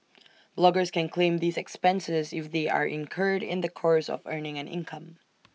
bloggers can claim these expenses if they are incurred in the course of earning an income